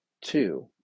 two